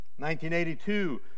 1982